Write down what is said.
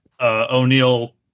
O'Neill